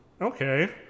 okay